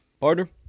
Partner